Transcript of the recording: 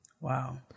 Wow